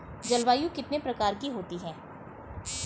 जलवायु कितने प्रकार की होती हैं?